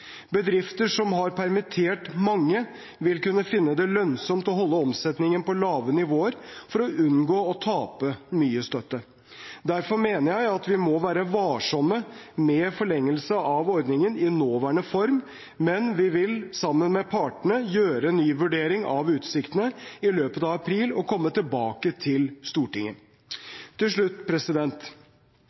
Bedrifter som har permittert mange, vil kunne finne det lønnsomt å holde omsetningen på lave nivåer for å unngå å tape mye støtte. Derfor mener jeg at vi må være varsomme med en forlengelse av ordningen i nåværende form, men vi vil sammen med partene gjøre en ny vurdering av utsiktene i løpet av april og komme tilbake til Stortinget. Til slutt